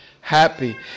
happy